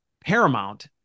paramount